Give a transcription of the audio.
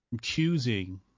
choosing